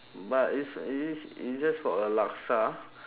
but it's it is it's just for a laksa